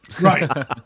Right